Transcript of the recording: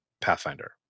Pathfinder